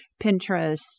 pinterest